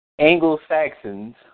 Anglo-Saxons